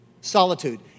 Solitude